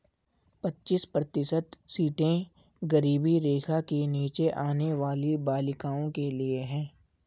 पच्चीस प्रतिशत सीटें गरीबी रेखा के नीचे आने वाली बालिकाओं के लिए है